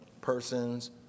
persons